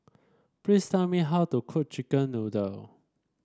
please tell me how to cook chicken noodle